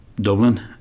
Dublin